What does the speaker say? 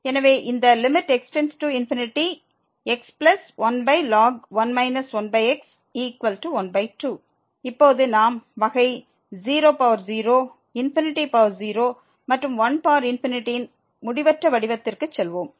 எனவே இந்த x1ln 1 1x 12 இப்போது நாம் வகை 00 0 மற்றும் 1 இன் முடிவற்ற வடிவத்திற்கு செல்வோம்